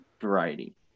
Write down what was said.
variety